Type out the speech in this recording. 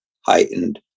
heightened